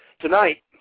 Tonight